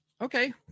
Okay